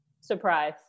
Surprise